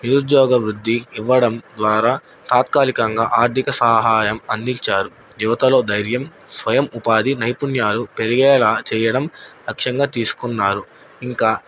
నిరుద్యోగవృద్ధి ఇవ్వడం ద్వారా తాత్కాలికంగా ఆర్థిక సహాయం అందించారు యువతలో ధైర్యం స్వయం ఉపాధి నైపుణ్యాలు పెరిగేలా చేయడం లక్ష్యంగా తీసుకున్నారు ఇంకా